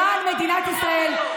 למען מדינת ישראל,